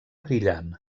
brillant